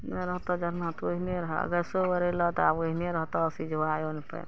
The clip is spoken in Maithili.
नहि रहतऽ जरना तऽ ओहिने रहऽ आ गैसो भरैलऽ तऽ आब ओहिने रहतऽ असिद्ध अन्न पानि